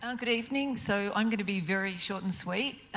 um good evening, so i'm going to be very short and sweet.